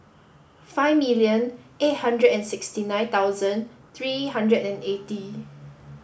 five million eight hundred and sixty nine thousand three hundred and eighty